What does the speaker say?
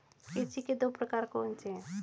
कृषि के दो प्रकार कौन से हैं?